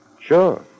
Sure